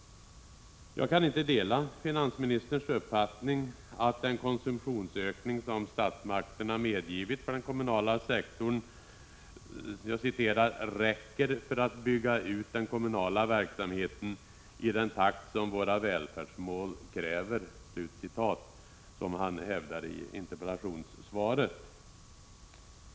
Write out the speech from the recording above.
Jag kan inte dela finansministerns uppfattning att den konsumtionsökning som statsmakterna medgivit för den kommunala sektorn ”räcker för att bygga ut den kommunala verksamheten i den takt som våra välfärdsmål kräver”, som han hävdar i interpellationssvaret.